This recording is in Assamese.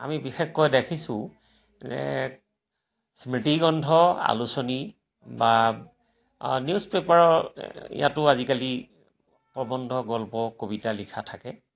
আমি বিশেষকৈ দেখিছোঁ যে স্মৃতিগ্ৰন্থ আলোচনী বা নিউজ পেপাৰৰ ইয়াতো আজিকালি প্ৰবন্ধ গল্প কবিতা লিখা থাকে